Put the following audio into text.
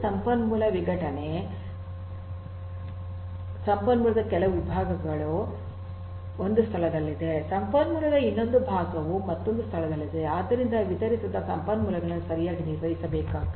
ಸಂಪನ್ಮೂಲ ವಿಘಟನೆ ಸಂಪನ್ಮೂಲದ ಕೆಲವು ಭಾಗವು ಒಂದು ಸ್ಥಳದಲ್ಲಿದೆ ಸಂಪನ್ಮೂಲದ ಇನ್ನೊಂದು ಭಾಗವು ಮತ್ತೊಂದು ಸ್ಥಳದಲ್ಲಿದೆ ಆದ್ದರಿಂದ ವಿತರಿಸಿದ ಸಂಪನ್ಮೂಲಗಳನ್ನು ಸರಿಯಾಗಿ ನಿರ್ವಹಿಸಬೇಕಾಗುತ್ತದೆ